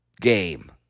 game